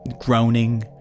groaning